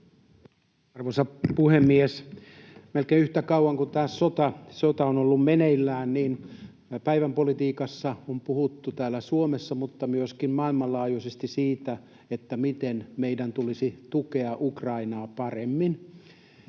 Arvoisa puhemies! Melkein yhtä kauan kuin tämä sota on ollut meneillään, päivänpolitiikassa on puhuttu täällä Suomessa mutta myöskin maailmanlaajuisesti siitä, miten meidän tulisi tukea Ukrainaa paremmin.